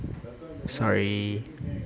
sorry